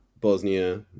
Bosnia